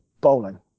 bowling